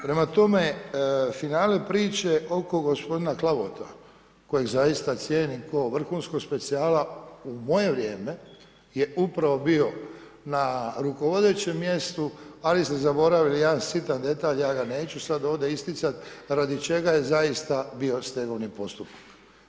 Prema tome, finale priče oko gospodina Klavota kojeg zaista cijenim kao vrhunskog specijala u moje vrijeme je upravo bi na rukovodećem mjestu, ali ste zaboravili jedan sitan detalj, ja ga neću sada ovdje isticat, radi čega je zaista bio stegovni postupak.